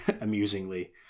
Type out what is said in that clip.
amusingly